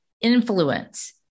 influence